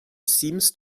seems